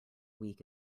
week